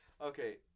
Okay